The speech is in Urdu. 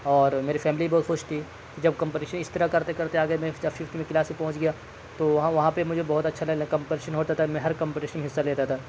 اور میری فیملی بہت خوش تھی جب کمپٹیشن اس طرح کرتے کرتے آگے میں ففتھ کلاس میں پہنچ گیا تو وہاں وہاں پہ مجھے بہت اچھا لگنے لگا کمپٹیشن ہوتا تھا میں ہر کمپیٹیشن میں حصہ لیتا تھا